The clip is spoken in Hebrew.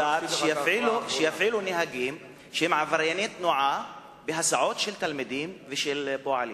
יפעילו נהגים שהם עברייני תנועה בהסעות של תלמידים ושל פועלים.